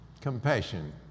compassion